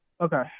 Okay